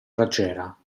raggiera